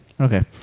okay